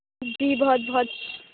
جی بہت بہت